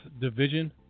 division